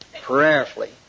prayerfully